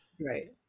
right